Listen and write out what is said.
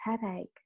headache